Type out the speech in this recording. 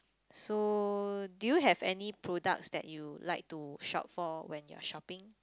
so do you have any products that you like to shop for when you're shopping